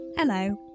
Hello